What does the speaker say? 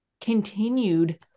continued